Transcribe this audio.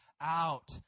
out